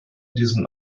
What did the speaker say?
diesen